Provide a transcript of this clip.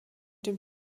dem